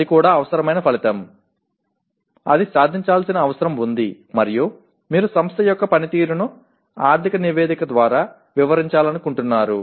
అది కూడా అవసరమైన ఫలితం అది సాధించాల్సిన అవసరం ఉంది మరియు మీరు సంస్థ యొక్క పనితీరును ఆర్థిక నివేదిక ద్వారా వివరించాలనుకుంటున్నారు